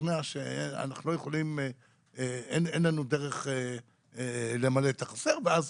לשכנע שאין לנו דרך למלא את החסר ואז